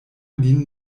lin